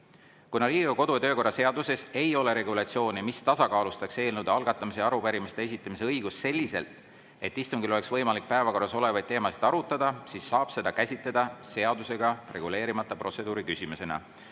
Kuna Riigikogu kodu- ja töökorra seaduses ei ole regulatsiooni, mis tasakaalustaks eelnõude algatamise ja arupärimiste esitamise õigust selliselt, et istungil oleks võimalik päevakorras olevaid teemasid arutada, siis saab seda käsitada seadusega reguleerimata protseduuriküsimusena.